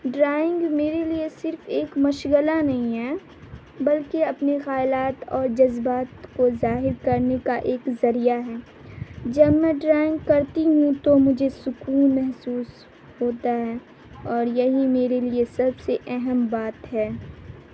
drawing میرے لیے صرف ایک مشغلہ نہیں ہے بلکہ اپنے خیالات اور جذبات کو ظاہر کرنے کا ایک ذریعہ ہے جب میں ڈرائنگ کرتی ہوں تو مجھے سکون محسوس ہوتا ہے اور یہی میرے لیے سب سے اہم بات ہے